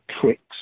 tricks